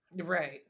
Right